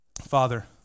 Father